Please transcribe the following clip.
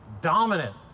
dominant